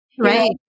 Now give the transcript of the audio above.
Right